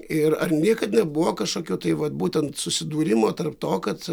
ir ar niekad nebuvo kažkokio tai vat būtent susidūrimo tarp to kad